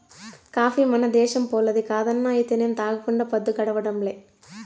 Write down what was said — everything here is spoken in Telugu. కాఫీ మన దేశంపోల్లది కాదన్నా అయితేనేం తాగకుండా పద్దు గడవడంలే